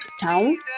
town